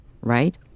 right